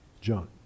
John